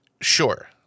Sure